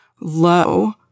low